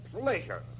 pleasure